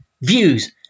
views